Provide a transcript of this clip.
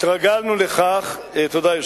תודה.